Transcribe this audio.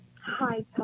Hi